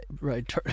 right